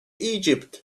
egypt